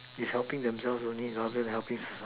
is helping themselves only rather than helping